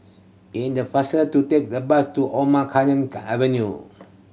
in the faster to take the bus to Omar Khayyam Avenue